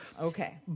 Okay